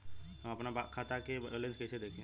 हम आपन खाता क बैलेंस कईसे देखी?